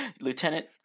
Lieutenant